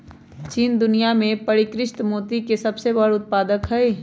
चीन दुनिया में परिष्कृत मोती के सबसे बड़ उत्पादक हई